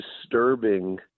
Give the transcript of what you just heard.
disturbing